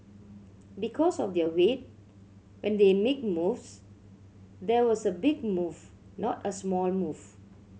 because of their weight when they make moves there was a big move not a small move